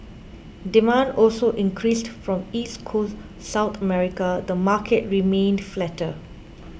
demand also increased from East Coast South America the market remained flatter